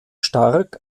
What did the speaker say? stark